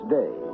day